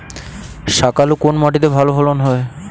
শাকালু কোন মাটিতে ভালো ফলন হয়?